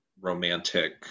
romantic